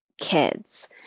kids